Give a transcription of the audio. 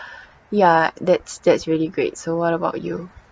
ya that's that's really great so what about you